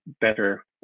better